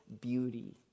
beauty